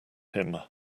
him